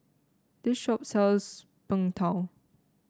this shop sells Png Tao